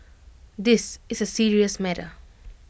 this is A serious matter